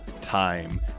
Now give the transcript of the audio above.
time